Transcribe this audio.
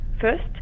First